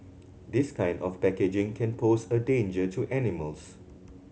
this kind of packaging can pose a danger to animals